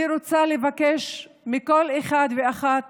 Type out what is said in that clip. אני רוצה לבקש מכל אחד ואחת